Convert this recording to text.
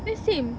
the same